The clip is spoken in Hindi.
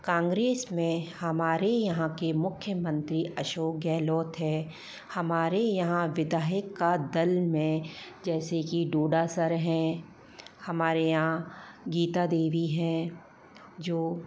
कांग्रेस में हमारे यहाँ के मुख्यमंत्री अशोक गहलोत है हमारे यहाँ विधायक का दल में जैसे की डोडा सर है हमारे यहाँ गीता देवी है जो